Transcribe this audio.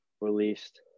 released